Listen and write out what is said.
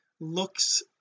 looks